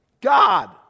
God